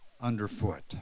underfoot